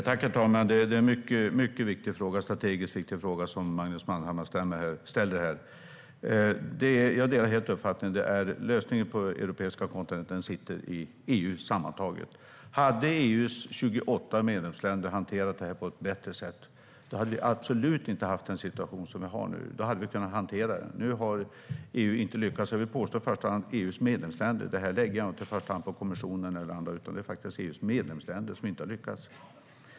Herr talman! Det är en strategiskt mycket viktig fråga som Magnus Manhammar ställer här. Jag delar helt uppfattningen att lösningen på den europeiska kontinenten sitter i EU sammantaget. Hade EU:s 28 medlemsländer hanterat detta på ett bättre sätt hade vi absolut inte haft den situation som vi har nu. Då hade vi kunnat hantera den. Nu har EU inte lyckats, och ansvaret för det har i första hand EU:s medlemsländer. Detta lägger jag inte på kommissionen eller andra, utan det är faktiskt EU:s medlemsländer som inte har lyckats.